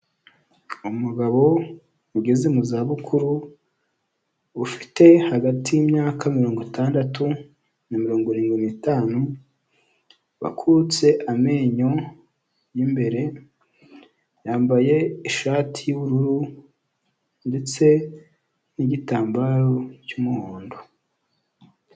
Umugabo ugeze mu za bukuru, ufite hagati y'imyaka mirongo itandatu na mirongorinwi n'itanu, wakutse amenyo y'imbere, yambaye ishati y'ubururu ndetse n'igitambaro cy'umuhondo.